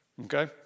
okay